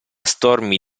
stormi